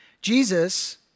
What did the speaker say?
Jesus